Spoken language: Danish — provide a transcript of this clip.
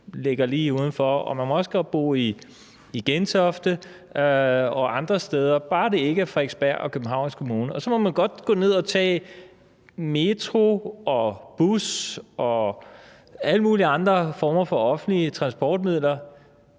og man må også godt bo i Gentofte og andre steder – bare det ikke er Frederiksberg og Københavns kommuner. Og så må man godt gå ned at tage metro og bus og alle mulige andre former for offentlige transportmidler